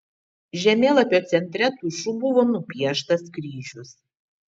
žemėlapio centre tušu buvo nupieštas kryžius